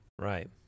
Right